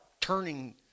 turning